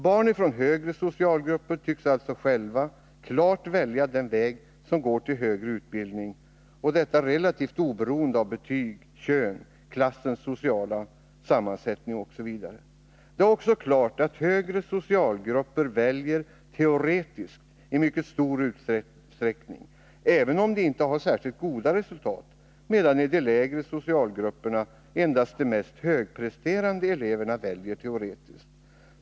Barn från högre socialgrupper tycks alltså själva klart välja den väg som går till högre utbildning, och detta relativt oberoende av betyg, kön, klassens sociala sammansättning, osv. Det är också klart att högre socialgrupper väljer ”teoretiskt” i mycket stor utsträckning — även om de inte har särskilt goda resultat — medan i de lägre socialgrupperna endast de mest högpresterande eleverna väljer teoretiska ämnen.